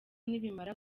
nibimara